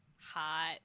hot